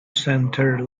centre